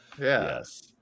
Yes